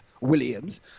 Williams